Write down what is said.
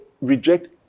reject